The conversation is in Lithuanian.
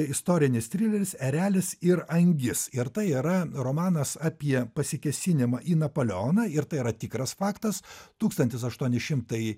istorinis trileris erelis ir angis ir tai yra romanas apie pasikėsinimą į napoleoną ir tai yra tikras faktas tūkstantis aštuoni šimtai